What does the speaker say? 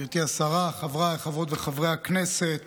גברתי השרה, חבריי חברות וחברי הכנסת